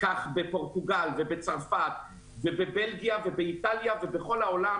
כך בפורטוגל ובצרפת ובבלגיה ובאיטליה ובכל העולם,